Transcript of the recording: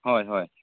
ᱦᱳᱭ ᱦᱚᱭ